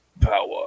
power